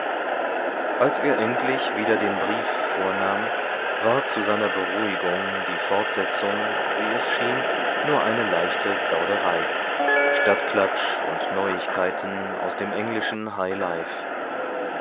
als er endlich wieder den brief vornahm war zu seiner beruhigung die fortsetzung wie es schien nur eine leichte plauderei stadtklatsch und neuigkeiten aus dem englischen